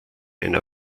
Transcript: einer